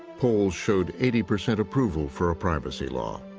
polls showed eighty percent approval for a privacy law.